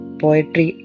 poetry